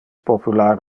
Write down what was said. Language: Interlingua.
popular